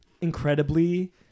incredibly